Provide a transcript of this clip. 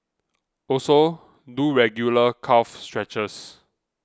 also do regular calf stretches